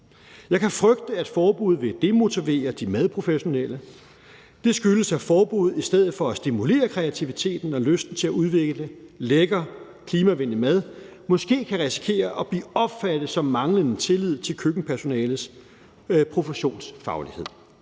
Jeg kan frygte, at forbud vil demotivere de madprofessionelle. Det skyldes, at forbud i stedet for at stimulere kreativiteten og lysten til at udvikle lækker klimavenlig mad måske kan risikere at blive opfattet som manglende tillid til køkkenpersonalets professionsfaglighed.